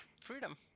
freedom